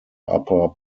upper